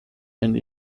and